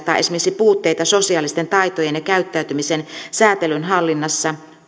tai esimerkiksi puutteita sosiaalisten taitojen ja käyttäytymisen säätelyn hallinnassa